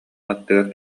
аттыгар